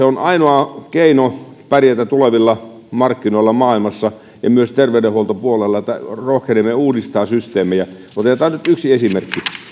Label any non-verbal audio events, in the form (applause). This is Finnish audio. (unintelligible) on ainoa keino pärjätä tulevilla markkinoilla maailmassa ja myös terveydenhuoltopuolella on se että rohkenemme uudistaa systeemejä otetaan nyt yksi esimerkki